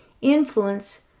influence